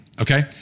Okay